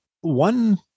one